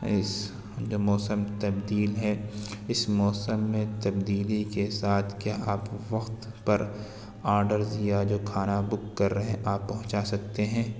اِس جو موسم تبدیل ہے اِس موسم میں تبدیلی کے ساتھ کیا آپ وقت پر آڈرز یا جو کھانا بک کر رہیں آپ پہنچا سکتے ہیں